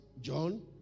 John